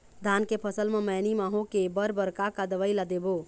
धान के फसल म मैनी माहो के बर बर का का दवई ला देबो?